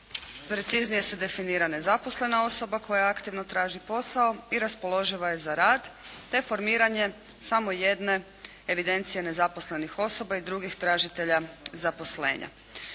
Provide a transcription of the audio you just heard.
Preciznije se definira nezaposlena osoba koja aktivno traži posao i raspoloživa je za rad, te formiranje samo jedne evidencije nezaposlenih osoba i drugih tražitelja zaposlenja.